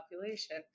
population